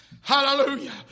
hallelujah